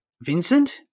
Vincent